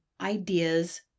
ideas